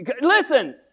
Listen